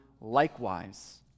likewise